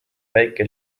väike